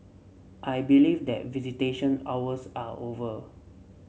I believe that visitation hours are over